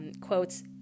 quotes